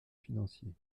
financiers